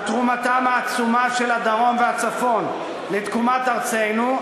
על תרומתם העצומה של הדרום והצפון לתקומת ארצנו,